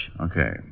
Okay